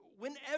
Whenever